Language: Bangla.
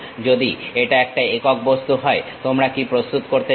যদি এটা একটা একক বস্তু হয় তোমরা কি প্রস্তুত করতে যাবে